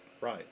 Right